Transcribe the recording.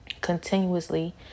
continuously